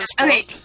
Okay